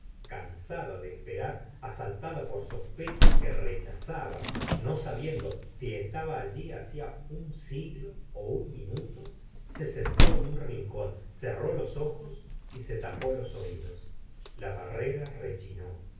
cansada de esperar asaltada por sospechas que rechazaba no sabiendo si estaba allí hacia un siglo ó un minuto se sentó en u n rincón cerró los ojos y se tapó los oídos la barrera rechinó dió